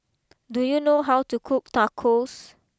do you know how to cook Tacos